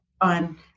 on